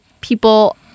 people